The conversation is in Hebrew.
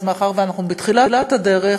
אז מאחר שאנחנו בתחילת הדרך,